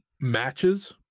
matches